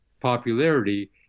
popularity